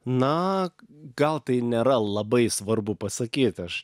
na gal tai nėra labai svarbu pasakyt aš